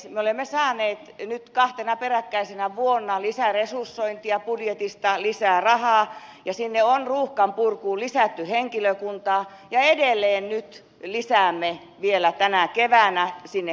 me olemme saaneet nyt kahtena peräkkäisenä vuonna lisäresursointia budjetista lisää rahaa ja sinne on ruuhkan purkuun lisätty henkilökuntaa ja edelleen nyt lisäämme vielä tänä keväänä sinne henkilökuntaa